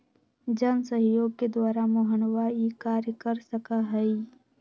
जनसहयोग के द्वारा मोहनवा ई कार्य कर सका हई